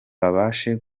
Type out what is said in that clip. babashe